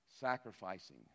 sacrificing